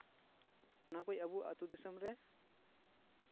ᱚᱱᱟ ᱠᱚ ᱟᱵᱚ ᱟᱛᱳ ᱫᱤᱥᱚᱢ ᱨᱮ